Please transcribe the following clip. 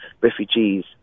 refugees